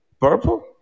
Purple